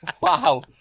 Wow